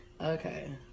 Okay